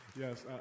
yes